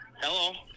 Hello